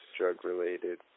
drug-related